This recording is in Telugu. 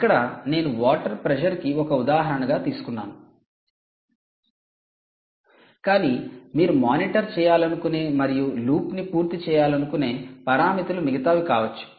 ఇక్కడ నేను వాటర్ ప్రెషర్కి ఒక ఉదాహరణగా తీసుకున్నాను కానీ మీరు మానిటర్ చేయాలనుకునే మరియు లూప్ను పూర్తి చేయాలనుకునే పరామితులు మిగతావి కావచ్చు